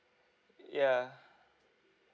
yeah